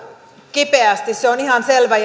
kipeästi se on ihan selvä